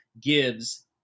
gives